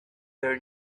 their